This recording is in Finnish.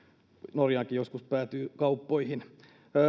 norjaankin joskus päätyy kauppoihin